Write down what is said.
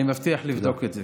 אני מבטיח לבדוק את זה.